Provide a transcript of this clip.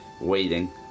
waiting